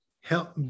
help